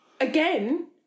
again